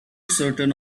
certain